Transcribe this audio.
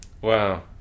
Wow